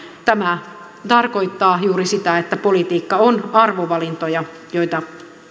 tämä tarkoittaa juuri sitä että politiikka on arvovalintoja joita